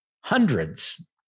Hundreds